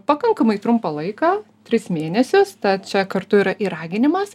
pakankamai trumpą laiką tris mėnesius tad čia kartu yra ir raginimas